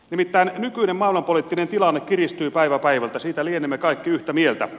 nimittäin nykyinen maailmanpoliittinen tilanne kiristyy päivä päivältä siitä lienemme kaikki yhtä mieltä